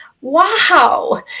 wow